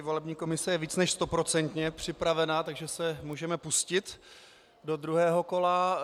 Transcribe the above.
Volební komise je více než stoprocentně připravena, takže se můžeme pustit do druhého kola.